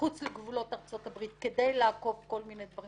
מחוץ לגבולות ארצות-הברית כדי לעקוף כל מיני דברים